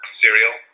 cereal